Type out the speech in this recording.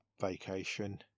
vacation